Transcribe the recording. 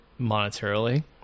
monetarily